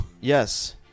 yes